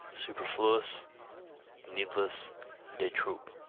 superfluous needless de trop.